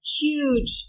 huge